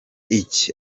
iki